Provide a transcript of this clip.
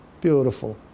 Beautiful